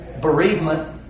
Bereavement